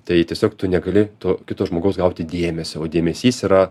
tai tiesiog tu negali to kito žmogaus gauti dėmesio o dėmesys yra